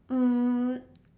um